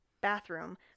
bathroom